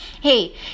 Hey